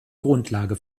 grundlage